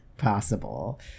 possible